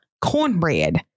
cornbread